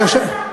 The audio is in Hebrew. לא פחות גרוע,